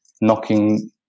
knocking